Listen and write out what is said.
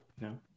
No